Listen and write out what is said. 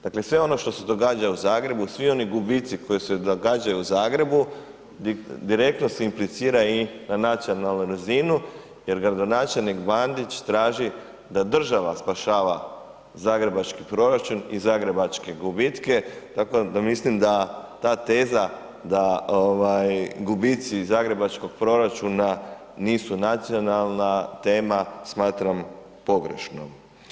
Dakle sve ono što se događa u Zagrebu, svi oni gubici koji se događaju u Zagrebu, direktno se implicira i na nacionalnu razinu jer gradonačelnik Bandić traži da država spašava zagrebački proračun i zagrebačke gubitke tako da mislim da ta teza da gubici zagrebačkog proračuna nisu nacionalna tema, smatram pogrešnom.